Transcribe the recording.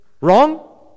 wrong